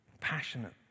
passionate